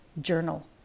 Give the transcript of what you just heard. journal